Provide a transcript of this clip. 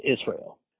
Israel